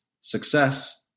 success